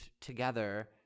together